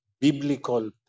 biblical